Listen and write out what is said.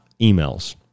emails